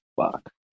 Fuck